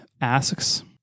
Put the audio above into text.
asks